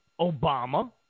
Obama